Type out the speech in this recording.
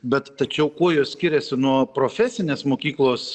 bet tačiau kuo jos skiriasi nuo profesinės mokyklos